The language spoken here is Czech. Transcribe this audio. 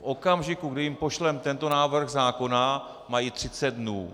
V okamžiku, kdy jim pošleme tento návrh zákona, mají 30 dnů.